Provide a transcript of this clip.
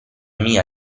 mia